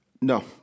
No